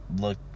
look